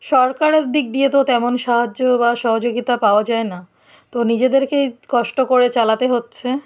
সরকারের দিক দিয়ে তো তেমন সাহায্য বা সহযোগিতা পাওয়া যায় না তো নিজেদেরকেই কষ্ট করে চালাতে হচ্ছে